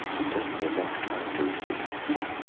but certainly a less characteristic surface.